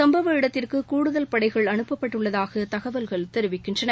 சம்பவ இடத்திற்கு கூடுதல் படைகள் அனுப்பப்பட்டுள்ளதாக தகவல்கள் தெரிவிக்கின்றன